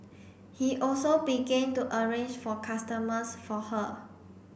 he also began to arrange for customers for her